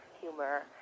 humor